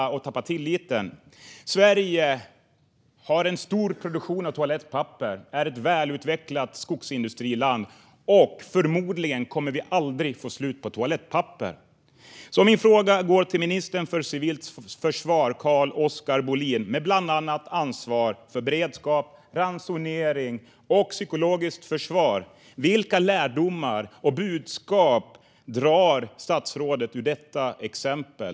Sverige är ett välutvecklat skogsindustriland och har en stor produktion av toalettpapper. Vi kommer förmodligen aldrig att få slut på toalettpapper. Min fråga går till Carl-Oskar Bohlin, minister för civilt försvar med ansvar för bland annat beredskap, ransonering och psykologiskt försvar. Vilka lärdomar och slutsatser drar statsrådet av detta exempel?